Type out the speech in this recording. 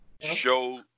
show